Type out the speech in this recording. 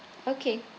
okay